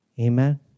Amen